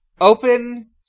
open